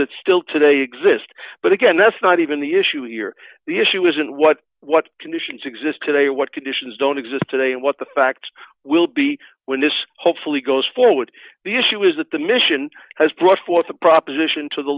that still today exist but again that's not even the issue here the issue isn't what what conditions exist today what conditions don't exist today and what the facts will be when this hopefully goes forward the issue is that the mission has brought forth a proposition to the